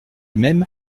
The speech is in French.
même